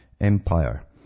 empire